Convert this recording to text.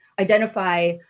identify